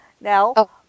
now